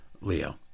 Leo